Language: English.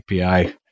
API